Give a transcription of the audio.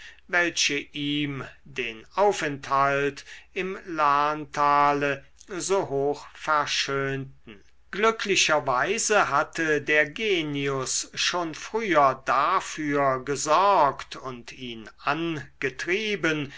welche ihm den aufenthalt im lahntale so hoch verschönten glücklicherweise hatte der genius schon früher dafür gesorgt und ihn angetrieben